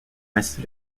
ainsi